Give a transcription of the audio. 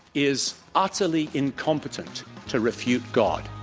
is utterly incompetent to refute god.